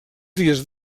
dies